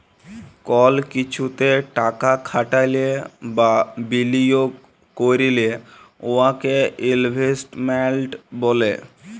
call কিছুতে টাকা খাটাইলে বা বিলিয়গ ক্যইরলে উয়াকে ইলভেস্টমেল্ট ব্যলে